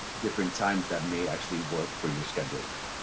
different times that may actually work for your schedule now.